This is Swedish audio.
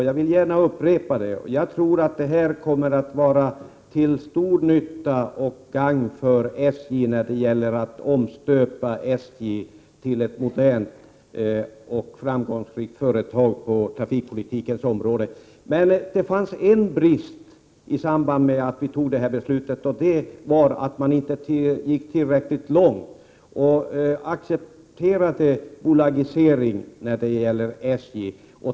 Jag tror att det kommer att vara till stor nytta och till gagn för SJ när det gäller att omstöpa SJ till ett modernt och framgångsrikt företag på trafikpolitikens område. Men det fanns en brist i samband med beslutet: man gick inte tillräckligt långt och accepterade bolagisering av SJ.